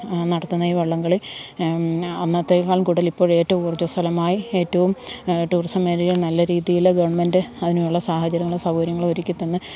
നടത്തുന്ന ഈ വള്ളംകളി അന്നത്തേക്കാളും കൂടുതൽ ഇപ്പോള് ഏറ്റവും ഊർജസ്വലമായി ഏറ്റവും ടൂറിസം മേഖലയില് നല്ല രീതിയില് ഗവൺമെൻറ്റ് അതിനുള്ള സാഹചര്യങ്ങളും സൗകര്യങ്ങളും ഒരുക്കിത്തന്ന്